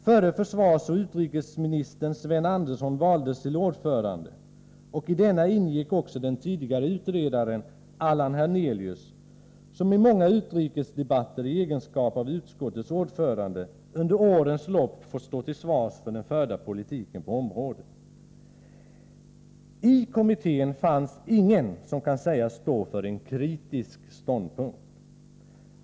Förre försvarsoch utrikesministern Sven Andersson valdes till ordförande, och i kommittén ingick också den tidigare utredaren Allan Hernelius, som i egenskap av utskottets ordförande fått stå till svars för den förda politiken på området i många utrikesdebatter under årens lopp. I kommittén fanns ingen som kunde sägas stå för en kritisk ståndpunkt.